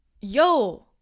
yo